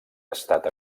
estat